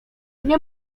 nie